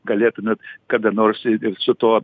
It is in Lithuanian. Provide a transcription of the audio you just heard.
galėtumėt kada nors su tuo